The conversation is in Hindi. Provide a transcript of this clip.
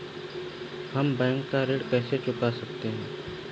हम बैंक का ऋण कैसे चुका सकते हैं?